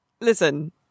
Listen